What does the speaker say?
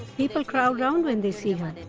people crowd around when they see her.